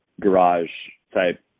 garage-type